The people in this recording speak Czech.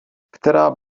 která